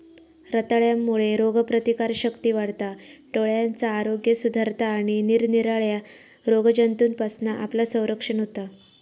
रताळ्यांमुळे रोगप्रतिकारशक्ती वाढता, डोळ्यांचा आरोग्य सुधारता आणि निरनिराळ्या रोगजंतूंपासना आपला संरक्षण होता